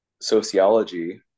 sociology